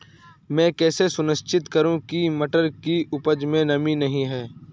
मैं कैसे सुनिश्चित करूँ की मटर की उपज में नमी नहीं है?